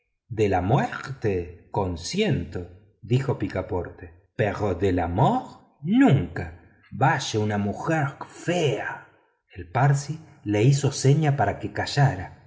de la muerte consiento dijo picaporte pero del amor nunca vaya mujer fea el parsi le hizo seña para que callara